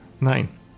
Nine